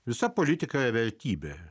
visą politiką vertybę